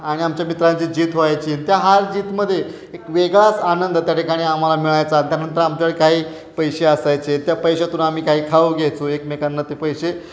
आणि आमच्या मित्रांची जीत व्हायची त्या हार जीतमध्ये एक वेगळाच आनंद त्या ठिकाणी आम्हाला मिळायचा आणि त्यानंतर आमच्याकडे काही पैसे असायचे त्या पैशातून आम्ही काही खाऊ घ्यायचो एकमेकांना ते पैसे